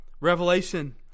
Revelation